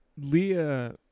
Leah